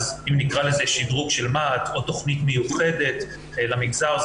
אז אם נקרא לזה שידרוג של מה"ט או תכנית מיוחדת למגזר,